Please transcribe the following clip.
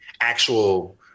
actual